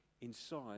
inside